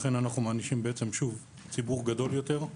לכן אנו מענישים שוב ציבור גדול יותר.